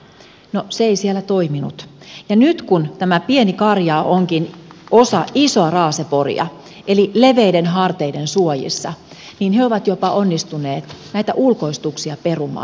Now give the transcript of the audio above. no se ei siellä toiminut ja nyt kun tämä pieni karjaa onkin osa isoa raaseporia eli leveiden harteiden suojissa niin he ovat jopa onnistuneet näitä ulkoistuksia perumaan